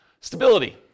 Stability